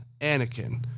Anakin